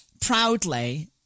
proudly